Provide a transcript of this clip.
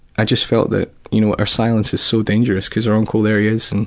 i just felt that you know our silence is so dangerous, cause our uncle there he is.